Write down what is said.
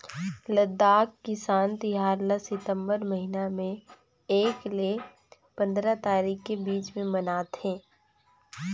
लद्दाख किसान तिहार ल सितंबर महिना में एक ले पंदरा तारीख के बीच में मनाथे